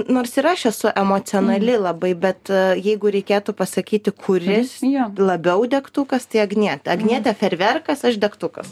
nors ir aš esu emocionali labai bet jeigu reikėtų pasakyti kuris labiau degtukas tai agnietė agnietė fejerverkas aš degtukas